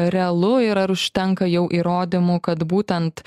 realu ir ar užtenka jau įrodymų kad būtent